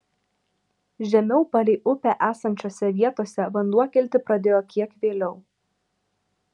žemiau palei upę esančiose vietose vanduo kilti pradėjo kiek vėliau